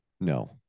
no